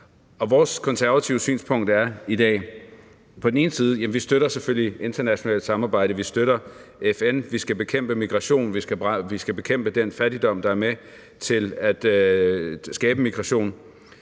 Vores konservative synspunkt er i dag, at vi på den ene side selvfølgelig støtter internationalt samarbejde og vi støtter FN – vi skal bekæmpe migration, vi skal bekæmpe den fattigdom, der er med til at skabe migration